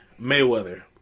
Mayweather